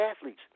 athletes